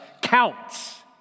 counts